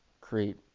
create